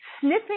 sniffing